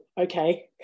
okay